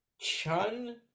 chun